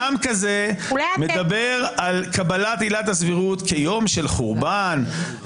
אדם כזה מדבר על קבלת עילת הסבירות כיום של חורבן,